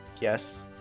yes